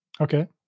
Okay